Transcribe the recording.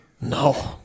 No